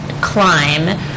climb